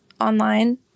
online